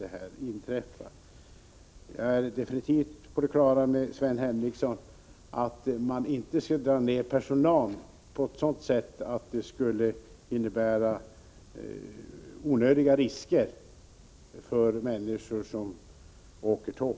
Sven Henricsson, jag är absolut på det klara med att man inte kan göra personalminskningar på ett sådant sätt att de innebär onödiga risker för människor som åker tåg.